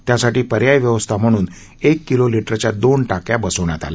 त्यासाठी आज पर्यायी व्यवस्था म्हणून एक किलो लि रच्या दोन ाक्या बसवण्यात आल्या